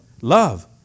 Love